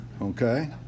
okay